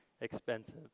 expensive